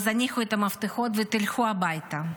אז הניחו את המפתחות ולכו הביתה.